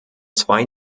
zwei